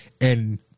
And-